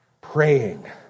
praying